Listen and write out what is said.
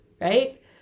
right